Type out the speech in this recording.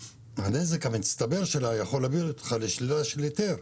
הנזק המצטבר שלה יכול להביא אותך לשלילה של היתר.